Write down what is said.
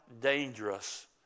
dangerous